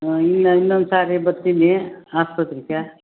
ಇಲ್ಲ ಇನ್ನೊಂದು ಸಾರಿ ಬರ್ತೀನಿ ಆಸ್ಪತ್ರೆಗೆ